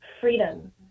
freedom